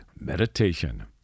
meditation